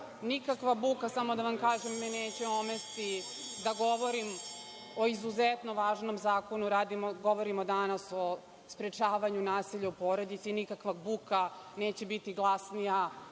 Nikakva buka, samo da vam kažem, me neće omesti da govorim o izuzetno važnom zakonu. Govorimo danas o sprečavanju nasilja u porodici i nikakva buka neće biti glasnija